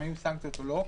אם היו סנקציות או לא.